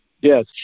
Yes